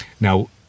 Now